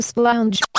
lounge